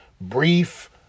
brief